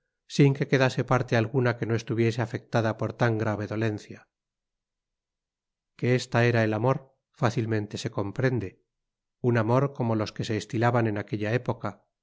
sin que quedase parte alguna que no estuviese afectada por tan grave dolencia que esta era el amor fácilmente se comprende un amor como los que se estilaban en aquella época